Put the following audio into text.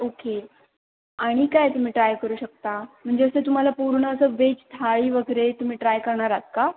okay आणि काय तुम्ही ट्राय करू शकता म्हणजे असं तुम्हाला पूर्ण असं वेज थाळी वगैरे तुम्ही ट्राय करणार आहात का